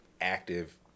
active